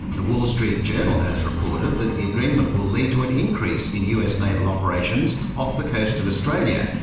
the wall street journal has reported that the agreement will lead to an increase in us naval operations off the coast of australia.